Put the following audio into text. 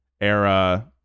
era